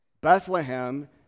Bethlehem